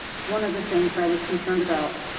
one of the things i was concerned about.